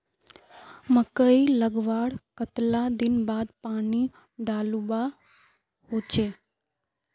मकई लगवार कतला दिन बाद पानी डालुवा होचे?